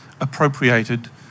appropriated